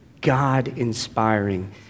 God-inspiring